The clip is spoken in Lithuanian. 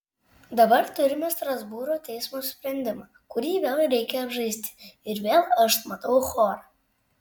dabar turime strasbūro teismo sprendimą kurį vėl reikia apžaisti ir vėl aš matau chorą